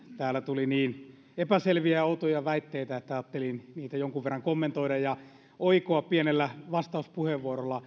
täällä tuli niin epäselviä ja outoja väitteitä että ajattelin niitä jonkun verran kommentoida ja oikoa pienellä vastauspuheenvuorolla